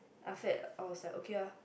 after that I was like okay lah